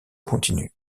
continue